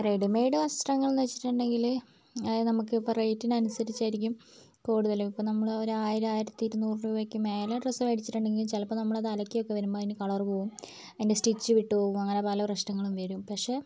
readymade വസ്ത്രങ്ങൾ എന്ന് വെച്ചിട്ടുണ്ടെങ്കിൽ അതായത് നമുക്കിപ്പം റേറ്റിനനുസരിച്ചായിരിക്കും കൂടുതലും ഇപ്പം നമ്മൾ ഒരു ആയിരം ആയിരത്തി ഇരുനൂറ് രൂപയ്ക്ക് മേലെ ഡ്രസ്സ് മേടിച്ചിട്ടുണ്ടെങ്കിൽ ചിലപ്പം നമ്മളത് അലക്കിയൊക്കെ വരുമ്പോൾ അതിന് കളർ പോകും അതിന്റെ സ്റ്റിച്ച് വിട്ടുപോകും അങ്ങനെ പല പ്രശ്നങ്ങളും വരും പക്ഷേ